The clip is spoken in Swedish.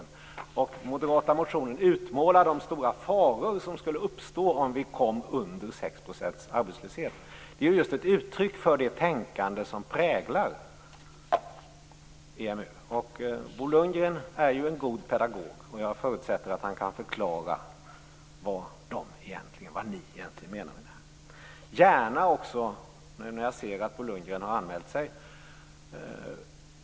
I den moderata motionen utmålas de stora faror som skulle finnas om vi kom under 6 % arbetslöshet. Detta är ett uttryck just för det tänkande som präglar EMU. Bo Lundgren är en god pedagog, så jag förutsätter att han kan förklara vad moderaterna egentligen menar här - jag ser att Bo Lundgren har anmält sig på talarlistan.